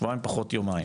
שבועיים פחות יומיים,